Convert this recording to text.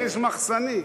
יש מחסנית.